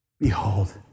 Behold